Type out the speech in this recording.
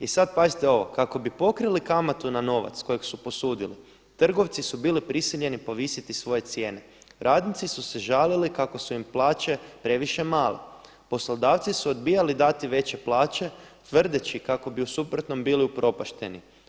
I sada pazite ovo „kako bi pokrili kamatu na novac kojeg su posudili trgovci su bili prisiljeni povisiti svoje cijene, radnici su se žalili kako su im plaće previše male, poslodavci su odbijali dati veće plaće tvrdeći kako bi u suprotnom bili upropašteni.